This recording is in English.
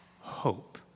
Hope